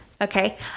Okay